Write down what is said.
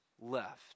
left